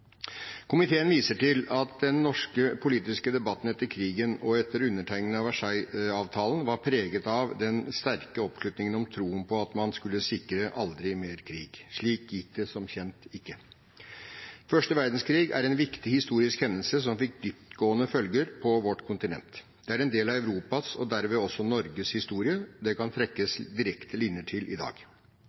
Komiteen viser til at den norske politiske debatten etter krigen og etter undertegningen av Versaillesavtalen var preget av den sterke oppslutningen om troen på at man skulle sikre «aldri mer krig». Slik gikk det som kjent ikke. Første verdenskrig er en viktig historisk hendelse som fikk dyptgående følger på vårt kontinent. Den er en del av Europas og derved også Norges historie, som det kan trekkes direkte linjer til i dag.